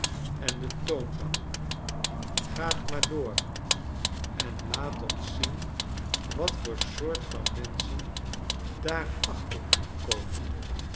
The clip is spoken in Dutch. en de toonbank gaat maar door en laat ons zien wat voor soort van menschen daar achter u komen